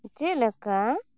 ᱪᱮᱫ ᱞᱮᱠᱟ